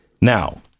Now